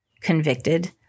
convicted